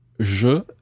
Je